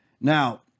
Now